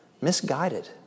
misguided